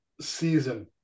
season